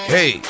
Hey